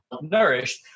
nourished